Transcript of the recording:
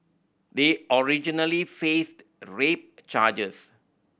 they originally faced rape charges